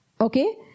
Okay